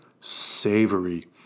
savory